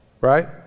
Right